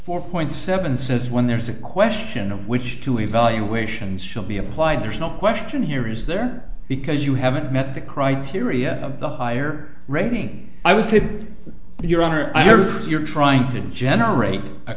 point seven says when there's a question of which two evaluations should be applied there's no question here is there because you haven't met the criteria of the higher rating i would say your honor i notice you're trying to generate a